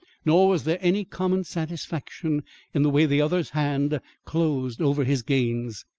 nor was there any common satisfaction in the way the other's hand closed over his gains.